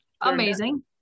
Amazing